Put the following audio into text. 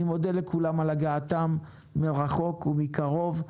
אני מודה לכולם על הגעתם מרחוק ומקרוב.